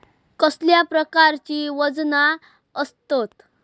कसल्या प्रकारची वजना आसतत?